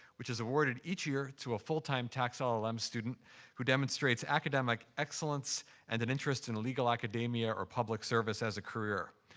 which is awarded each year to a full-time tax llm um student who demonstrates academic excellence and an interest in legal academia or public service as a career.